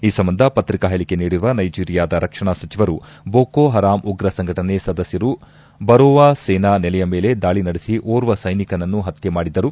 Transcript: ಈ ಸಂಬಂಧ ಪತ್ರಿಕಾ ಹೇಳಿಕೆ ನೀಡಿರುವ ನೈಜೀರಿಯಾದ ರಕ್ಷಣಾ ಸಚಿವರು ಬೋಕೊ ಹರಾಮ್ ಉಗ್ರ ಸಂಘಟನೆ ಸದಸ್ದರು ಬರೊವಾ ಸೇನಾ ನೆಲೆಯ ಮೇಲೆ ದಾಳಿ ನಡೆಸಿ ಓರ್ವ ಸೈನಿಕನನ್ನು ಹತ್ತೆ ಮಾಡಿದ್ದರು